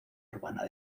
urbana